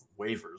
waivers